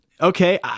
Okay